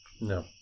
No